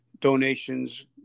donations